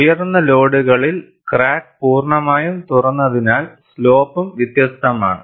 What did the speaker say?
ഉയർന്ന ലോഡുകളിൽ ക്രാക്ക് പൂർണ്ണമായും തുറന്നതിനാൽ സ്ലോപ്പും വ്യത്യസ്തമാണ്